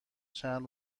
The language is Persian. چند